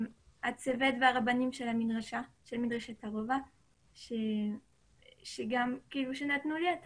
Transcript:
מהצוות והרבנים של מדרשת אהובה שנתנו לי את